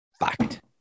fact